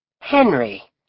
Henry